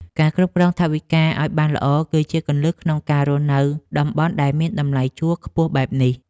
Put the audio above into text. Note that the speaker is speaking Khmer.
ការគ្រប់គ្រងថវិកាឱ្យបានល្អគឺជាគន្លឹះក្នុងការរស់នៅតំបន់ដែលមានតម្លៃជួលខ្ពស់បែបនេះ។